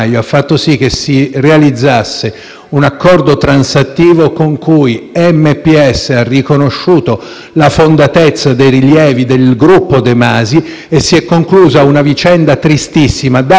un accordo transattivo con cui MPS ha riconosciuto la fondatezza dei rilievi del gruppo De Masi. Si è così conclusa una vicenda tristissima, dando anche speranza a una Regione